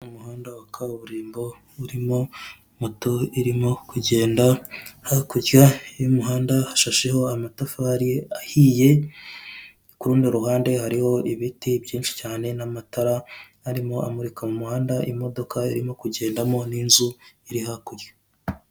Umuhanda wa kaburimbo urimo moto irimo kugenda, hakurya y'umuhanda hashasheho amatafari ahiye, kurundi ruhande hariho ibiti by'inshi cyane, n'amatara arimo amurika mu muhanda imodoka irimo kugendamo n'inzu iri hakurya.